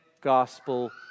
gospel